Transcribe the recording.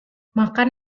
makan